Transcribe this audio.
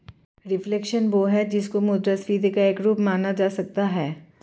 reflation वह है जिसको मुद्रास्फीति का एक रूप माना जा सकता है